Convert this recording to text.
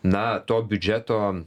na to biudžeto